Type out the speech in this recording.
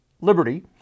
liberty